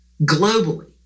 globally